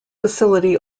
facility